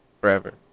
forever